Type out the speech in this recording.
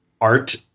art